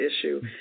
issue